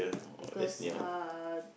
because uh